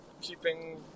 keeping